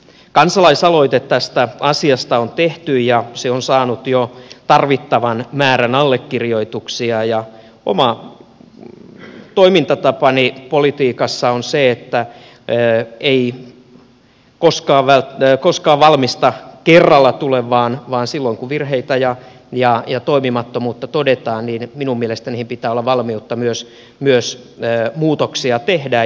kansalaisaloite tästä asiasta on tehty ja se on saanut jo tarvittavan määrän allekirjoituksia ja oma toimintatapani politiikassa on se että ei koskaan valmista kerralla tule vaan silloin kun virheitä ja toimimattomuutta todetaan minun mielestäni niihin pitää olla valmiutta myös muutoksia tehdä